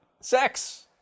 sex